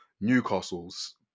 Newcastle's